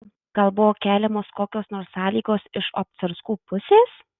gal buvo keliamos kokios nors sąlygos iš obcarskų pusės